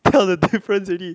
tell the difference already